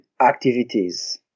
activities